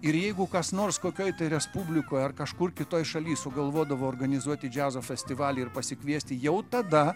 ir jeigu kas nors kokioj respublikoj ar kažkur kitoj šaly sugalvodavo organizuoti džiazo festivalį ir pasikviesti jau tada